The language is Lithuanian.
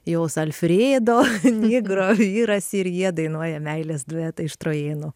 jos alfredo igro vyras ir jie dainuoja meilės duetą iš trojėnų